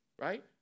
right